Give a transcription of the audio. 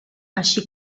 així